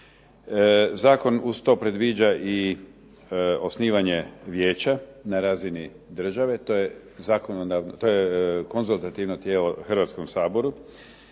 Zakon uz to predviđa i osnivanje vijeća na razini države, to je konzultativno tijelo Hrvatskog sabora.